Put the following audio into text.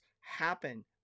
happen